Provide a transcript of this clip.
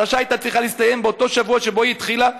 הפרשה הייתה צריכה להסתיים באותו שבוע שבו היא התחילה,